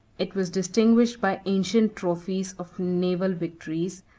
it was distinguished by ancient trophies of naval victories,